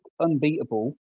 unbeatable